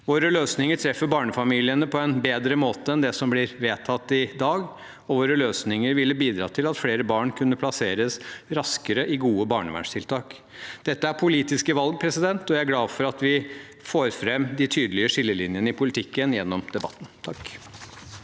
Våre løsninger treffer barnefamiliene på en bedre måte enn det som blir vedtatt i dag, og våre løsninger ville bidratt til at flere barn kunne plasseres raskere i gode barnevernstiltak. Dette er politiske valg, og jeg er glad for at vi får fram de tydelige skillelinjene i politikken gjennom debatten.